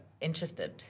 interested